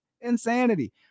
insanity